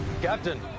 Captain